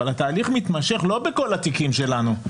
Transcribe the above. אבל התהליך מתמשך לא בכל התיקים שלנו.